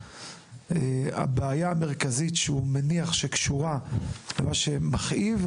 הבעיה המרכזית שהוא מניח שקשורה למה שמכאיב,